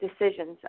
decisions